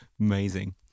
Amazing